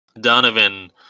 Donovan